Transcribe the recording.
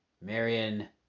Marion